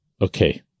Okay